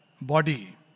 body